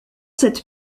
cette